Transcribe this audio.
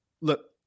look